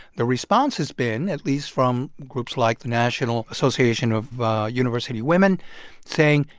the response has been at least from groups like the national association of university women saying,